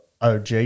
OG